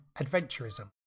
adventurism